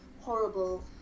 horrible